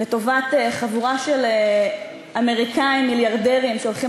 לטובת חבורה של אמריקנים מיליארדרים שהולכים